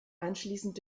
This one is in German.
anschließend